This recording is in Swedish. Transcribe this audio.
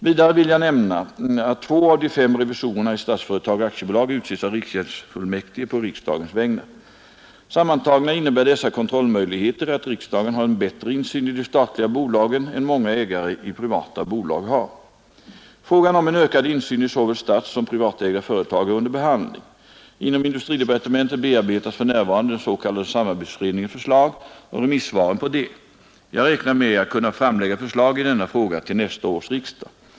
Vidare vill jag nämna att två av de fem revisorerna i Statsföretag AB utses av riksgäldsfullmäktige på riksdagens vägnar. Sammantagna innebär dessa kontrollmöjligheter att riksdagen har en bättre insyn i de statliga bolagen än många ägare i privata bolag har. Frågan om en ökad insyn i såväl statssom privatägda företag är under behandling. Inom industridepartementet bearbetas för närvarande den s.k. samarbetsutredningens förslag och remisssvaret på det. Jag räknar med att kunna framlägga förslag i denna fråga till nästa års riksdag.